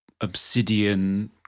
obsidian